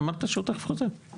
אמרת שהוא תכף חוזר.